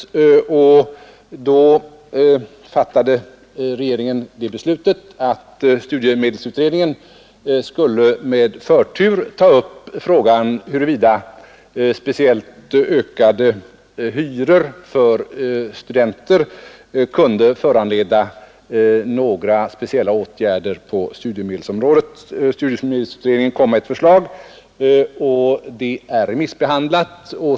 Regeringen fattade då beslutet att studiemedelsutredningen med förtur skulle ta upp frågan huruvida speciellt ökade hyror för studenter borde föranleda några särskilda åtgärder på studiemedelsområdet. Studiemedelsutredningen framlade ett förslag, och det är remissbehandlat.